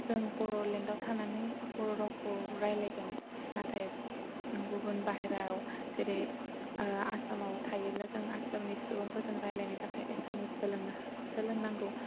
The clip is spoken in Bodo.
जों बर'लेण्डाव थानानै बर' रावखौ रायलायगोन नाथाय गुबुन बायह्रायाव जेरै आसामाव थायोब्ला जों आसामिस सुबुंफोरजों रायलायनो थाखाय जों आसामिस सोलोंनांगौ